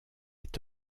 est